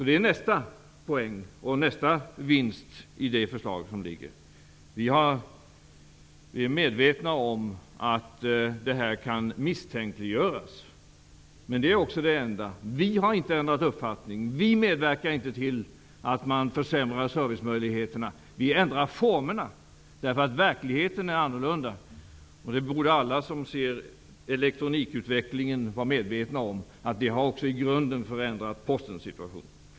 Det är nästa poäng och vinst i det föreliggande förslaget. Vi är medvetna om att det kan misstänkliggöras, men det är också det enda. Vi har inte ändrat uppfattning. Vi medverkar inte till att man försämrar servicemöjligheterna. Vi ändrar formerna, därför att verkligheten har blivit annorlunda. Alla som ser elektronikutvecklingen borde vara medvetna om att den också i grunden har förändrat Postens situation.